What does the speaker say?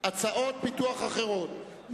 הוצאות פיתוח אחרות.